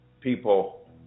people